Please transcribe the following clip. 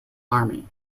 army